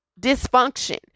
dysfunction